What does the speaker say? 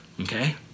Okay